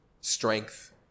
strength